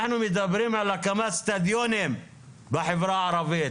אנחנו מדברים על הקמת איצטדיונים בחברה הערבית.